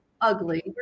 ugly